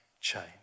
change